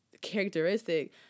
characteristic